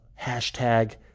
hashtag